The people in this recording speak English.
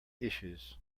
issues